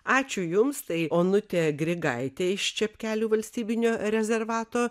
ačiū jums tai onutė grigaitė iš čepkelių valstybinio rezervato